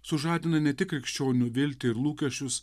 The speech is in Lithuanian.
sužadino ne tik krikščionių viltį ir lūkesčius